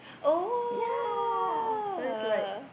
oh